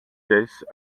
caisses